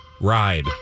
Ride